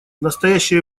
настоящее